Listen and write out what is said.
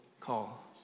call